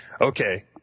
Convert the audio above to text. okay